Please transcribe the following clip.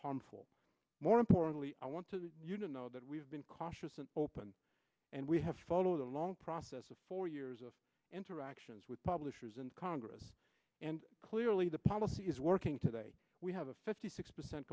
harmful more importantly i want to you know that we've been cautious and open and we have followed a long process of four years of interactions with publishers and congress and clearly the policy is working today we have a fifty six percent